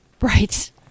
Right